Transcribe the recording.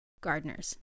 gardeners